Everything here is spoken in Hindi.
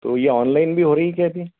तो यह ऑनलाइन भी हो रही क्या अभी